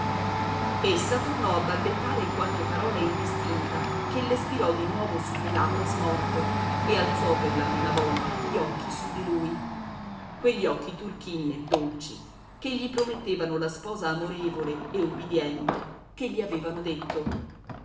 essa tornò a balbettare qualche parola indistinta che le spirò di nuovo sulle labbra smorte e alzò per la prima volta gli occhi su di lui quegli occhi turchini e dolci che gli promettevano la sposa amorevole e ubbidiente che gli avevano detto